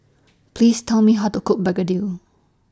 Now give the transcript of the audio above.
Please Tell Me How to Cook Begedil